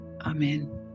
Amen